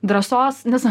drąsos nes